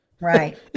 Right